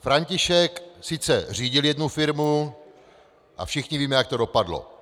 František sice řídil jednu firmu, a všichni víme, jak to dopadlo.